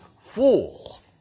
fool